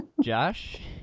josh